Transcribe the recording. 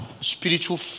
spiritual